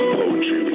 poetry